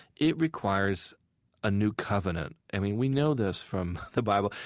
it requires a new covenant. i mean, we know this from the bible.